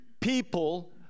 people